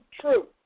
true